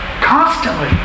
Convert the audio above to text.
Constantly